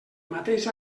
mateix